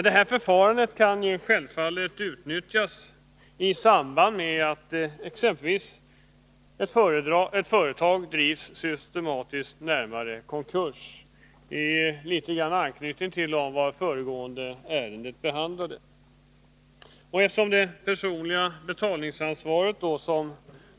Det här förfarandet kan självfallet utnyttjas i samband med att ett företag systematiskt drivs närmare konkurs. Det har på det sättet anknytning till föregående ärende.